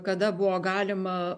kada buvo galima